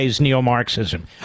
neo-marxism